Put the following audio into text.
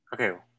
Okay